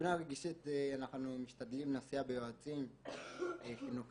מבחינה רגשית אנחנו משתדלים לסייע ביועצים חינוכיים,